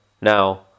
Now